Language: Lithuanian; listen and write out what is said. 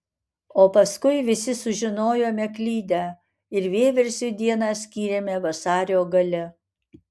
o paskui visi sužinojome klydę ir vieversiui dieną skyrėme vasario gale